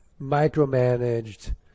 micromanaged